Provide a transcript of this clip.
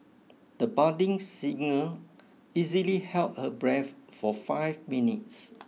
the budding singer easily held her breath for five minutes